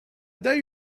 thought